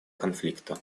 конфликта